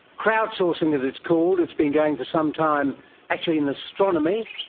crowdsourcing, as it's called, it's been going for some time actually in astronomy.